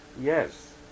Yes